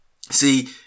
see